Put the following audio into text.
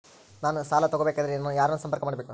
ನಾನು ಸಾಲ ತಗೋಬೇಕಾದರೆ ನಾನು ಯಾರನ್ನು ಸಂಪರ್ಕ ಮಾಡಬೇಕು?